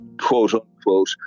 quote-unquote